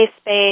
space